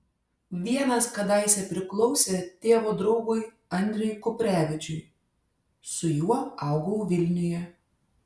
vienas kadaise priklausė tėvo draugui andriui kuprevičiui su juo augau vilniuje